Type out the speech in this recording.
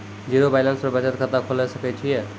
Zero balance पर बचत खाता खोले सकय छियै?